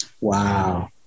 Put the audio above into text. Wow